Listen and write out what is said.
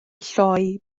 lloi